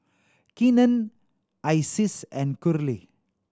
Keenen Isis and Curley